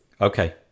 Okay